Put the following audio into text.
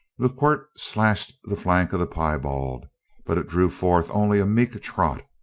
the quirt slashed the flank of the piebald but it drew forth only a meek trot.